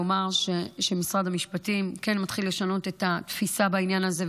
לומר שמשרד המשפטים כן מתחיל לשנות את התפיסה בעניין הזה,